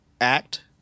act